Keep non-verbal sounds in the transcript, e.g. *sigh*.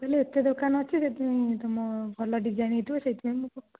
ତାହେଲେ ଏତେ ଦୋକାନ ଅଛି ସେଥିପାଇଁ ତମ ଭଲ ଡିଜାଇନ୍ ହୋଇଥିବ ସେଥିପାଇଁ ମୁଁ *unintelligible*